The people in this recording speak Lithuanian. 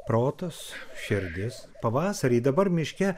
protas širdis pavasarį dabar miške